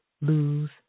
lose